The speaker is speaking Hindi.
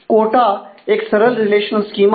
कोटा है